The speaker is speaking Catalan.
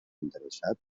interessat